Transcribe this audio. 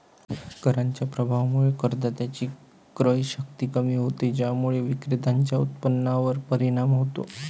कराच्या प्रभावामुळे करदात्याची क्रयशक्ती कमी होते, ज्यामुळे विक्रेत्याच्या उत्पन्नावर परिणाम होतो